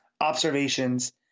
observations